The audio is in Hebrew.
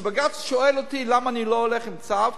שבג"ץ שואל אותי למה אני לא הולך עם צו,